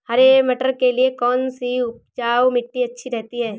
हरे मटर के लिए कौन सी उपजाऊ मिट्टी अच्छी रहती है?